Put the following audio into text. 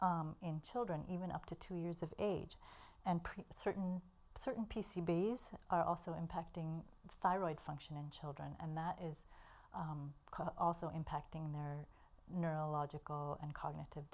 in children even up to two years of age and certain certain p c babies are also impacting thyroid function in children and that is also impacting their neurological and cognitive